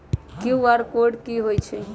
QR code कि हई छई?